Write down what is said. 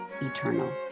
eternal